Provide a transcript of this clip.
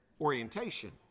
orientation